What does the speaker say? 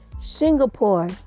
Singapore